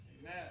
Amen